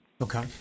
Okay